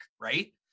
right